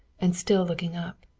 and still looking up.